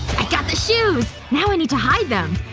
i got the! now i need to hide them,